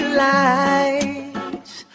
lights